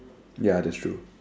ya that's true